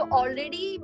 already